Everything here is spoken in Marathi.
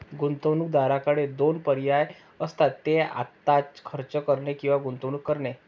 गुंतवणूकदाराकडे दोन पर्याय असतात, ते आत्ताच खर्च करणे किंवा गुंतवणूक करणे